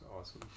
awesome